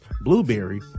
blueberry